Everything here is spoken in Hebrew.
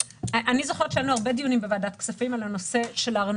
אני זוכרת שהיו לנו הרבה דיונים בוועדת הכספים על נושא הארנונה,